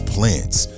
Plants